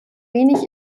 wenig